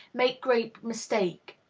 make great mistake.